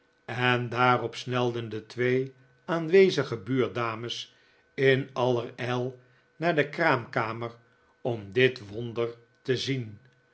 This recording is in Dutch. en daarop snelden de twee aanwezige buurdames in allerijl naar de kraamkamer om dit wonder te zien